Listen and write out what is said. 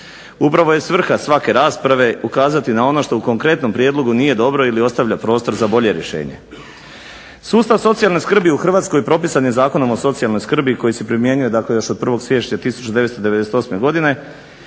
Upravo je svrha svake rasprave ukazati na ono što u konkretnom prijedlogu nije dobro ili ostavlja prostor za bolje rješenje. Sustav socijalne skrbi u Hrvatskoj propisan je Zakonom o socijalnoj skrbi koji se primjenjuje, dakle još od 1. siječnja 1998. godine